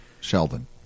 Sheldon